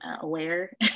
aware